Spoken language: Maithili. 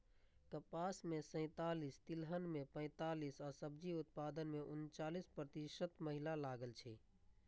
कपास मे सैंतालिस, तिलहन मे पैंतालिस आ सब्जी उत्पादन मे उनचालिस प्रतिशत महिला लागल छै